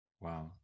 Wow